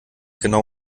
genau